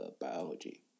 biology